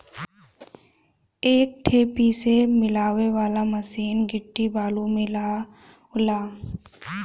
एक ठे पीसे मिलावे वाला मसीन गिट्टी बालू मिलावला